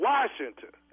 Washington